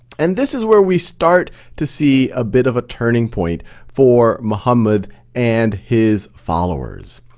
and this is where we start to see a bit of turning point for muhammed and his followers.